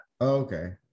okay